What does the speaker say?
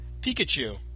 Pikachu